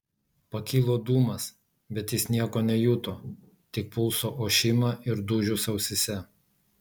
pakilo dūmas bet jis nieko nejuto tik pulso ošimą ir dūžius ausyse